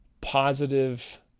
positive